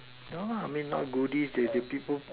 no lah I mean not goodies the the people